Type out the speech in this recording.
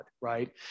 right